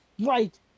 Right